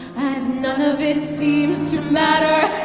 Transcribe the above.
and none of it seems to matter